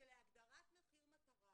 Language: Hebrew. שלהגדרת מחיר מטרה